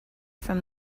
from